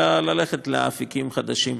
אלא ללכת לאפיקים חדשים.